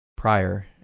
prior